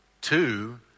two